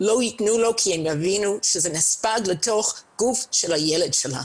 לא תיתן לו כי היא תבין שזה נספג לתוך הגוף של הילד שלה.